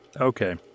Okay